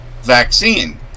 vaccine